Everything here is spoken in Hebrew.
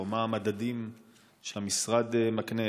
או מה המדדים שהמשרד מקנה,